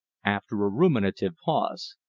after a ruminative pause.